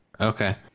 Okay